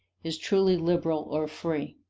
is truly liberal or free.